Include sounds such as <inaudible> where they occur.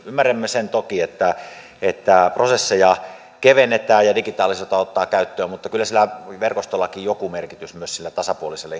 ymmärrämme sen toki että että prosesseja kevennetään ja ja digitaalisuutta otetaan käyttöön mutta kyllä sillä verkostollakin joku merkitys on sille tasapuoliselle <unintelligible>